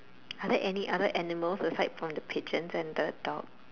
are there any other animals aside from the pigeons and the dog